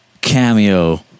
cameo